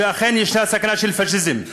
שאכן יש סכנה של פאשיזם.